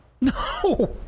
No